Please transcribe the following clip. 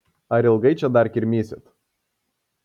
ar ilgai čia dar kirmysit